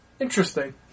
interesting